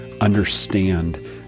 understand